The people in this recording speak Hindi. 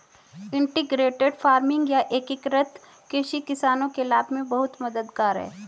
इंटीग्रेटेड फार्मिंग या एकीकृत कृषि किसानों के लाभ में बहुत मददगार है